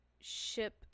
ship